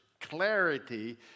clarity